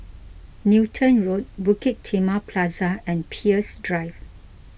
Newton Road Bukit Timah Plaza and Peirce Drive